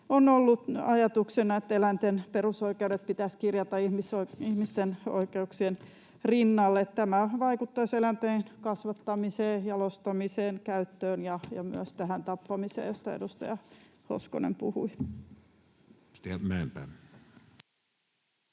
on ollut ajatuksena, että eläinten perusoikeudet pitäisi kirjata ihmisten oikeuksien rinnalle. Tämä vaikuttaisi eläinten kasvattamiseen, jalostamiseen, käyttöön ja myös tähän tappamiseen, josta edustaja Hoskonen puhui.